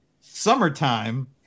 summertime